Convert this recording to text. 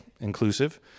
inclusive